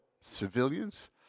civilians